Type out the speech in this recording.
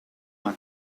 max